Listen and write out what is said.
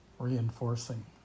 Reinforcing